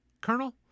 Colonel